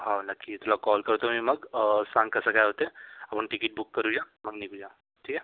हो नक्की तुला कॉल करतो मी मग सांग कसं काय होतं आहे आपण टिकीट बुक करूया मग निघूया ठीक आहे